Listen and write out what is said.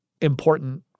important